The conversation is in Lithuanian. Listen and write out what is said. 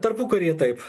tarpukaryje taip